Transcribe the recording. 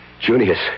Junius